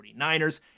49ers